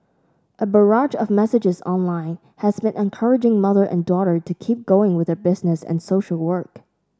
a barrage of messages online has been encouraging mother and daughter to keep going with their business and social work